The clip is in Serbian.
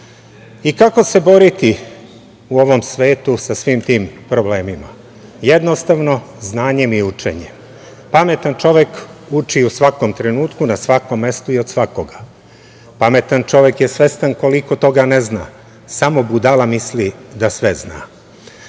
Kako se boriti u ovom svetu sa svim tim problemima, jednostavno - znanjem i učenjem. Pametan čovek uči u svakom trenutku na svakom mestu i od svakoga. Pametan čovek je svestan koliko toga ne zna, samo budala misli da sve zna. Mi